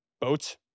boat